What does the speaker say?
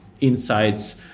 insights